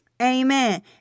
Amen